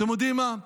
אתם יודעים מה?